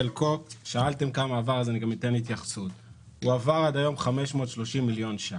הועברו עד היום 530 מיליון ₪.